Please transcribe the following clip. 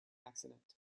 accident